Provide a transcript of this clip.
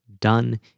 done